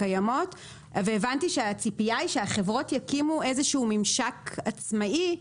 והבנתי שהציפייה היא שהחברות יקימו איזשהו ממשק עצמאי.